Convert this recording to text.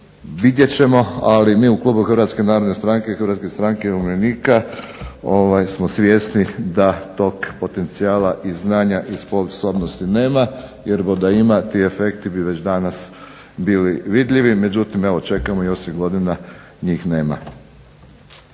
vidjet ćemo, ali mi u klubu Hrvatske narodne stranke i Hrvatske stranke umirovljenika smo svjesni da tog potencijala i znanja i sposobnosti nema jer da ima ti efekti bi već danas bili vidljivi, međutim evo čekamo osam godina, njih nema.